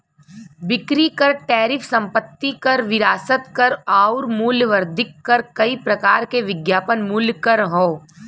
बिक्री कर टैरिफ संपत्ति कर विरासत कर आउर मूल्य वर्धित कर कई प्रकार के विज्ञापन मूल्य कर हौ